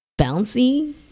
bouncy